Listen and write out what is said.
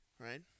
Right